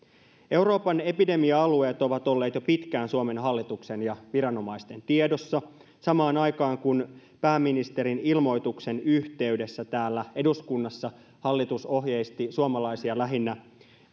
euroopan epidemia alueet ovat olleet jo pitkään suomen hallituksen ja viranomaisten tiedossa samaan aikaan kun pääministerin ilmoituksen yhteydessä täällä eduskunnassa hallitus ohjeisti suomalaisia lähinnä